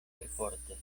perforte